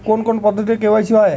কোন কোন পদ্ধতিতে কে.ওয়াই.সি হয়?